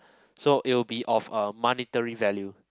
so it'll be of a monetary value